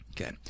Okay